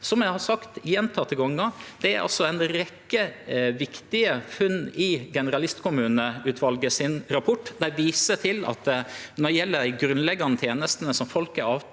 Det er ei rekkje viktige funn i generalistkommuneutvalet sin rapport. Dei viser til at når det gjeld dei grunnleggjande tenestene som folk er avhengige